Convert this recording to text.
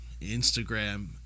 Instagram